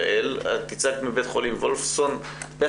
יעל את הצגת מבית החולים וולפסון איך